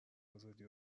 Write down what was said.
آزادی